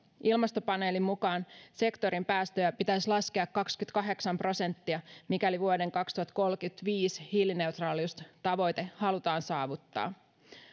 ilmastopaneelin mukaan sektorin päästöjä pitäisi laskea kaksikymmentäkahdeksan prosenttia mikäli vuoden kaksituhattakolmekymmentäviisi hiilineutraaliustavoite halutaan saavuttaa